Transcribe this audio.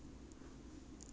on my hips